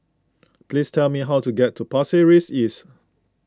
please tell me how to get to Pasir Ris East